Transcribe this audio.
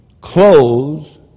Clothes